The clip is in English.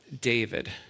David